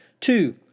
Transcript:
Two